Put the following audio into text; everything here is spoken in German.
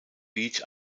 beach